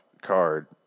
card